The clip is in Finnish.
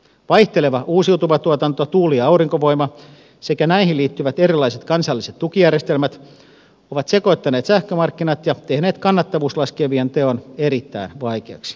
vaihteleva uusiutuva tuotanto tuuli ja aurinkovoima sekä näihin liittyvät erilaiset kansalliset tukijärjestelmät ovat sekoittaneet sähkömarkkinat ja tehneet kannattavuuslaskelmien teon erittäin vaikeaksi